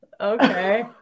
okay